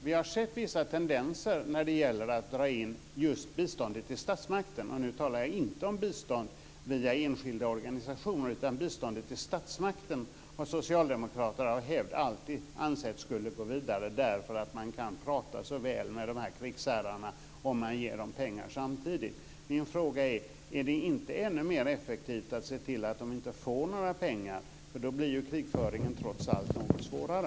Vi har sett vissa tendenser när det gällt att dra in just biståndet till statsmakter. Nu talar jag alltså inte om bistånd via enskilda organisationer utan om biståndet till statsmakter. Detta har socialdemokrater av hävd alltid ansett ska gå vidare därför att man kan prata så väl med dessa krigsherrar om man ger dem pengar samtidigt. Min fråga är: Är det inte ännu mer effektivt att se till att de inte får några pengar? Då blir ju krigföringen trots allt något svårare.